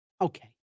Okay